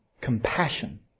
compassion